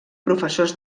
professors